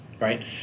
right